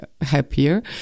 happier